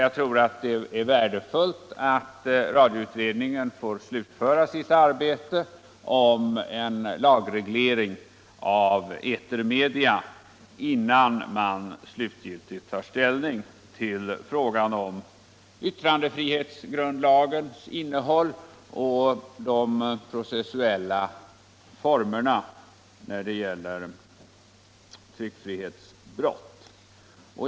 Det är värdefullt att radioutredningen får slutföra sitt arbete om lagreglering av etermedia, innan man slutgiltigt tar ställning till frågan om yttrandefrihetsgrundlagens innehåll och de processuella formerna när det gäller tryckfrihetsbrott.